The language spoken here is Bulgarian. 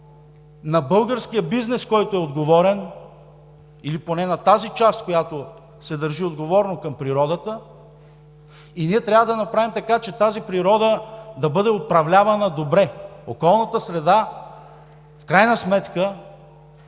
на българския бизнес, който е отговорен или поне на тази част, която се държи отговорно към природата и ние трябва да направим така, че тази природа да бъде управлявана добре, околната среда в крайна сметка,